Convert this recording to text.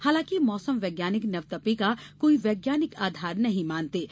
हालांकि मौसम वैज्ञानिक नवतपे का कोई वैज्ञानिक आधार नहीं मानते हैं